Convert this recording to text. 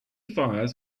fires